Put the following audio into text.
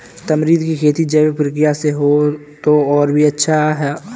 tamarind की खेती जैविक प्रक्रिया से हो तो और भी अच्छा